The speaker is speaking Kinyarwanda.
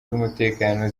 z’umutekano